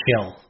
chill